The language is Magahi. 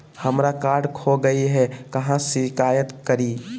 हमरा कार्ड खो गई है, कहाँ शिकायत करी?